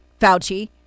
Fauci